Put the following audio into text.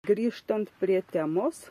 grįžtant prie temos